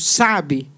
sabe